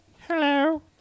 Hello